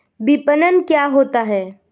विपणन क्या होता है?